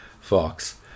Fox